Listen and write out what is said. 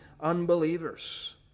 unbelievers